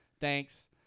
Thanks